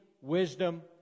wisdom